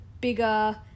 bigger